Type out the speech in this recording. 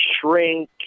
shrink